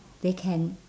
they can